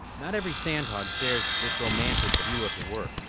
not every sandhog shares this romantic view of the work.